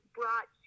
brought